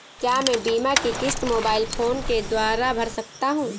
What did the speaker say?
क्या मैं बीमा की किश्त मोबाइल फोन के द्वारा भर सकता हूं?